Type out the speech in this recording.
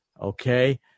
Okay